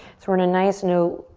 so we're in a nice no,